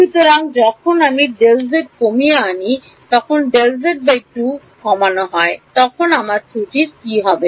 সুতরাং যখন আমি Δz কমিয়ে আনি Δz2 হ্রাস করব তখন আমার ত্রুটির কী হবে